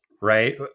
right